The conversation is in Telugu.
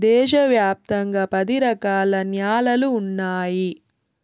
దేశ వ్యాప్తంగా పది రకాల న్యాలలు ఉన్నాయి